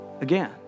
again